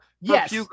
yes